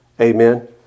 Amen